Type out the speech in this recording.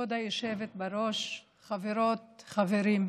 כבוד היושבת בראש, חברות, חברים,